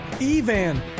Evan